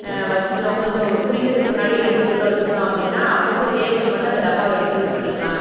வச்சுட்டோம் கொஞ்சம் புளிக்கிறதுக்கு முன்னாடியே எடுத்து உள்ளே வச்சுட்டோம் அப்படின்னா அப்போப்ப தேவைக்கு மட்டும் அந்த டப்பாவை எடுத்து யூஸ் பண்ணிக்கலாம்